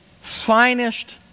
finest